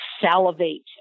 salivate